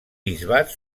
bisbat